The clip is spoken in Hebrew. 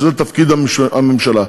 שזה תפקיד הממשלה,